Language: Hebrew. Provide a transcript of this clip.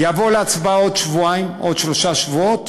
יבוא להצבעה בעוד שבועיים, בעוד שלושה שבועות,